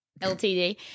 LTD